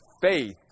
faith